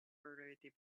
further